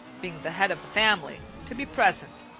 being the head of the family, to be present,